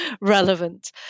relevant